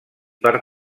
per